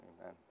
Amen